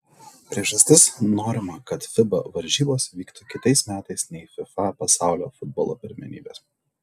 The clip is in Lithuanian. priežastis norima kad fiba varžybos vyktų kitais metais nei fifa pasaulio futbolo pirmenybės